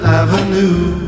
avenue